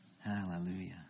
Hallelujah